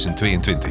2022